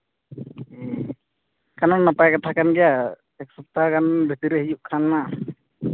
ᱦᱮᱸ ᱮᱱᱠᱷᱟᱱ ᱱᱟᱯᱟᱭ ᱠᱟᱛᱷᱟ ᱠᱟᱱ ᱜᱮᱭᱟ ᱮᱹᱠ ᱥᱚᱯᱛᱟ ᱜᱟᱱ ᱵᱷᱤᱛᱤᱨ ᱨᱮ ᱦᱩᱭᱩᱜ ᱠᱷᱟᱱᱢᱟ